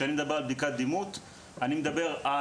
כשאני מדבר על בדיקת דימות, אני מדבר על